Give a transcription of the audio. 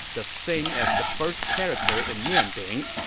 the same as the first character in mian bing.